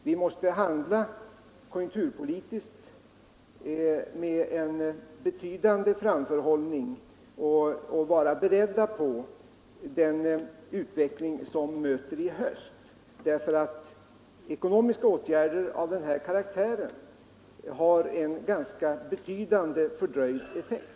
Vi måste handla konjunkturpolitiskt med en betydande framförhållning och vara beredda på den utveckling som möter i höst. Ekonomiska åtgärder av den här karaktären har dock en avsevärt fördröjd effekt ur arbetsmarknadspolitisk synpunkt.